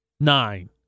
nine